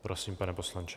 Prosím, pane poslanče.